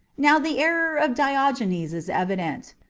now the error of diogenes is evident.